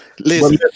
listen